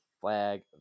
flag